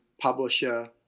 publisher